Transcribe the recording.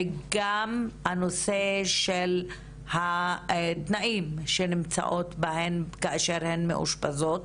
וגם הנושא של התנאים שבהם הן נמצאות כאשר הן מאושפזות.